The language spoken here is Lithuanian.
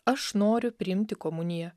aš noriu priimti komuniją